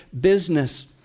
business